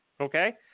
Okay